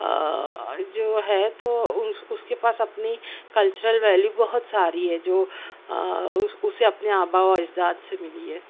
جو ہے تو اس کے پاس اپنی کلچرل ویلو بہت ساری ہے جو اسے اپنے آبا و اجداد سے ملی ہے